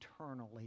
eternally